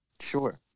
Sure